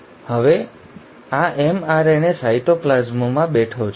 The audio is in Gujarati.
અને હવે આ mRNA સાયટોપ્લાસમમાં બેઠો છે